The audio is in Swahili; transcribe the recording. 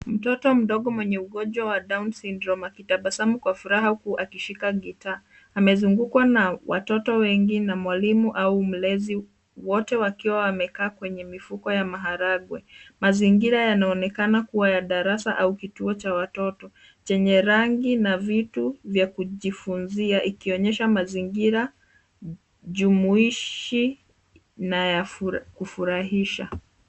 Mtoto mdogo mwenye ugonjwa wa Down's syndrome, akitabasamu kwa furaha huku akishika gitaa. Amezengukwa na watoto wengi na mwalimu au mlezi, wote wakiwa wamekaa kwenye mifuko ya maharagwe. Mazingira yanaonekana kuwa ya darasa au kituo cha watoto, chenye rangi na vitu vya kujifunzia ikionyesha mazingira jumuishi na ya kufurahisha.